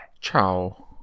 Ciao